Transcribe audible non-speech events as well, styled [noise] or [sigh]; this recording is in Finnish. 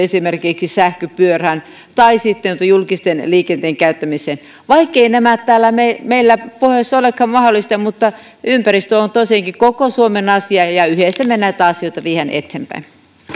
[unintelligible] esimerkiksi sähköpyörään tai sitten julkisen liikenteen käyttämiseen vaikkei se meillä pohjoisessa olekaan mahdollista ympäristö on tosiaankin koko suomen asia ja yhdessä me näitä asioita viemme eteenpäin